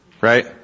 Right